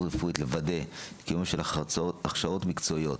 הרפואית לוודא קיום של הכשרות מקצועיות,